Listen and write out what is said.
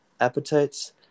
appetites